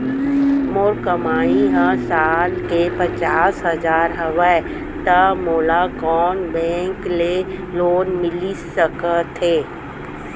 मोर कमाई ह साल के पचास हजार हवय त मोला कोन बैंक के लोन मिलिस सकथे?